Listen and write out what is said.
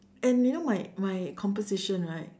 and you know my my composition right